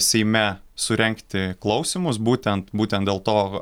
seime surengti klausimus būtent būtent dėl to